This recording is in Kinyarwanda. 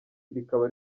rikaba